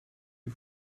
you